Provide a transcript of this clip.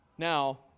Now